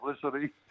publicity